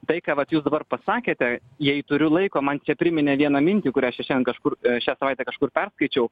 tai ką vat jūs dabar pasakėte jei turiu laiko man čia priminė vieną mintį kurią aš čia šiandien kažkur šią savaitę kažkur perskaičiau